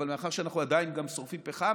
אבל מאחר שאנחנו עדיין גם שורפים פחם,